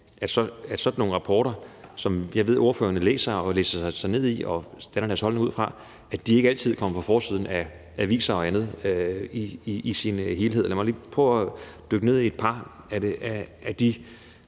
at sådan nogle rapporter, som jeg ved ordførerne læser og læser sig ned i og danner deres holdning ud fra, ikke altid kommer på forsiden af aviser og andet i deres helhed. Lad mig lige prøve at dykke ned i et par af de